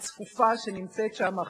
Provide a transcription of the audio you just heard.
בנושא: הצעת חוק שירות המדינה (מינויים,